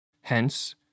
Hence